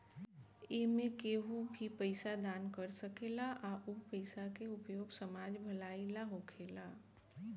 एमें केहू भी पइसा दान कर सकेला आ उ पइसा के उपयोग समाज भलाई ला होखेला